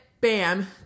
bam